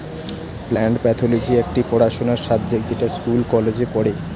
plant pathology একটি পড়াশোনার subject যেটা স্কুল কলেজে পড়ে